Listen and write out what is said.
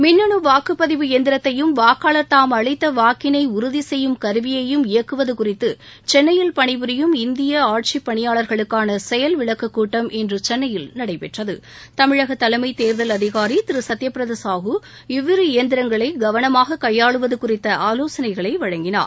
மின்னணு வாக்குப்பதிவு இயந்திரத்தையும் வாக்காளர் தாம் அளித்த வாக்கினை உறுதி செய்யும் கருவியையும் இயக்குவது குறித்து சென்னையில் பணிபுரியும் இந்திய ஆட்சிப்பணியாளர்களுக்கான செயல்விளக்கக் கூட்டம் இன்று சென்னையில் நடைபெற்றது தமிழக தலைமத் தேர்தல் அதிகாரி திரு சத்திய பிரத சாஹு இவ்விரு இயந்திரங்களை கவனமாக கையாளுவது குறித்த ஆலோசனைகளை வழங்கினார்